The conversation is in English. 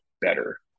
better